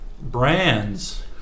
brands